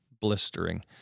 blistering